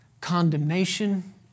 condemnation